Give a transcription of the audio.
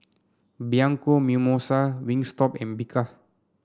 Bianco Mimosa Wingstop and Bika